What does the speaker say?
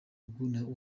ngugu